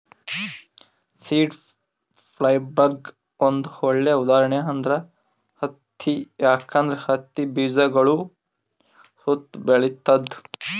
seed ಫೈಬರ್ಗ್ ಒಂದ್ ಒಳ್ಳೆ ಉದಾಹರಣೆ ಅಂದ್ರ ಹತ್ತಿ ಯಾಕಂದ್ರ ಹತ್ತಿ ಬೀಜಗಳ್ ಸುತ್ತಾ ಬೆಳಿತದ್